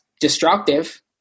destructive